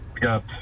got